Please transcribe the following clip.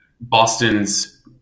Boston's